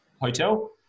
hotel